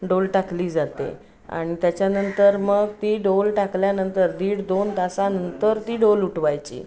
डोल टाकली जाते आणि त्याच्यानंतर मग ती डोल टाकल्यानंतर दीड दोन तासानंतर ती डोल उठवायची